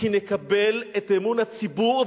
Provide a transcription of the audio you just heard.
כי נקבל את אמון הציבור,